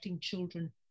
children